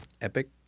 Epic